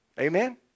Amen